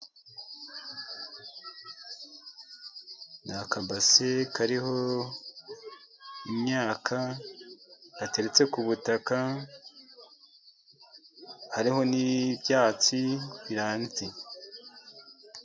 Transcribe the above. Ni akabasi kariho imyaka gateretse ku butaka, hariho n'ibyatsi birambitse.